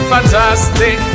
Fantastic